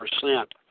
percent